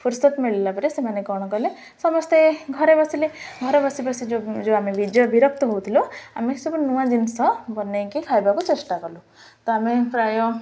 ଫୁୁରସତ ମିଳିଲା ପରେ ସେମାନେ କ'ଣ କଲେ ସମସ୍ତେ ଘରେ ବସିଲେ ଘରେ ବସି ବସି ଯେଉଁ ଯେଉଁ ଆମେ ବିଜୟ ବିରକ୍ତ ହଉଥିଲୁ ଆମେ ସବୁ ନୂଆ ଜିନିଷ ବନାଇକି ଖାଇବାକୁ ଚେଷ୍ଟା କଲୁ ତ ଆମେ ପ୍ରାୟ